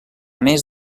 més